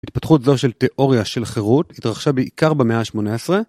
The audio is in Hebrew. התפתחות זו של תיאוריה של חירות התרחשה בעיקר במאה ה-18.